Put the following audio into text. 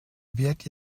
wärt